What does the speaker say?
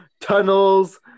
tunnels